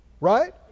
Right